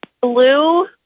Blue